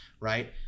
right